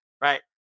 right